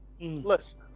listen